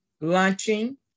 launching